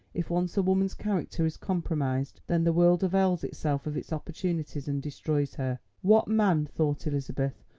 if once a woman's character is compromised, then the world avails itself of its opportunities and destroys her. what man, thought elizabeth,